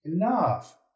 enough